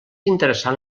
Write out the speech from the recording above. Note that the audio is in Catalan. interessant